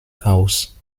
aus